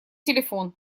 телефон